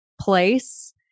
place